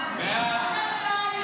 נתקבלו.